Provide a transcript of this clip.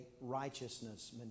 righteousness